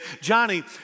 Johnny